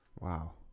wow